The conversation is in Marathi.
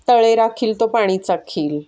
तळे राखील तो पाणी चाखील